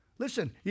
Listen